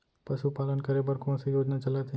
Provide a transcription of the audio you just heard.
पशुपालन करे बर कोन से योजना चलत हे?